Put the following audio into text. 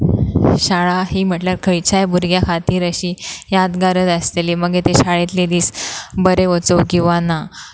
शाळा ही म्हटल्यार खंयच्याय भुरग्यां खातीर अशी यादगारत आसतली मागीर ते शाळेंतले दीस बरें वचूं किंवां ना